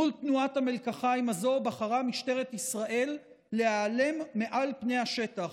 מול תנועת המלקחיים הזאת בחרה משטרת ישראל להיעלם מעל פני השטח,